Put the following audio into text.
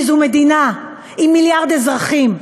כי זו מדינה עם מיליארד אזרחים.